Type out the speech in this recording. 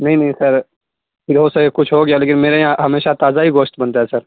نہیں نہیں سر سے کچھ ہو گیا لیکن میرے یہاں ہمیشہ تازہ ہی گوشت بنتا ہے سر